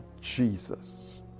Jesus